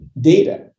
data